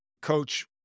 coach